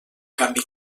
canvi